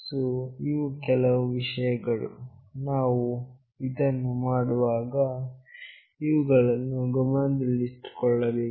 so ಇವು ಕೆಲವು ವಿಷಯಗಳು ನಾವು ಇದನ್ನು ಮಾಡುವಾಗ ಇವುಗಳನ್ನು ಗಮನದಲ್ಲಿರಿಸಿಕೊಳ್ಳಬೇಕು